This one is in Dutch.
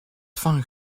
van